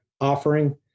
offering